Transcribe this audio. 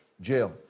Jail